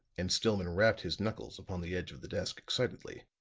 and stillman rapped his knuckles upon the edge of the desk excitedly,